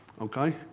okay